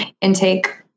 intake